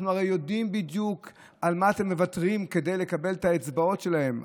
אנחנו הרי יודעים בדיוק על מה אתם מוותרים כדי לקבל את האצבעות שלהם.